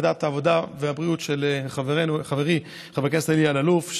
בוועדת העבודה והבריאות של חברי חבר הכנסת אלי אלאלוף,